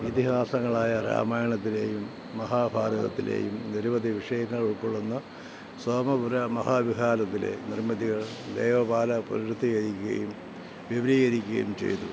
ഇതിഹാസങ്ങളായ രാമായണത്തിലെയും മഹാഭാരതത്തിലെയും നിരവധി വിഷയങ്ങൾ ഉൾക്കൊള്ളുന്ന സോമപുര മഹാ വിഹാരത്തിലെ നിര്മ്മിതികള് ദേവപാല പുനരുദ്ധീകരിക്കുകയും വിപുലീകരിക്കുകയും ചെയ്തു